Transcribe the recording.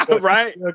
right